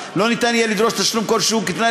לא ניתן יהיה לדרוש תשלום כלשהו כתנאי